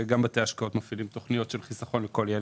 גם בתי השקעות מפעילים תוכניות של חיסכון לכל הילד.